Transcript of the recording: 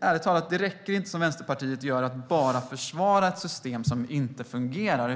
Ärligt talat: Det räcker inte att som Vänsterpartiet bara försvara ett system som inte fungerar.